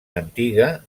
antiga